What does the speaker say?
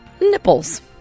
Nipples